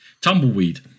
tumbleweed